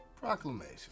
Proclamation